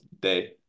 day